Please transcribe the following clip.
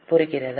புரிகிறதா